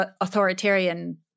authoritarian